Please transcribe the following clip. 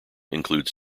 includes